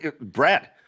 brad